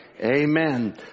Amen